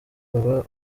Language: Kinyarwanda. baba